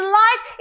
life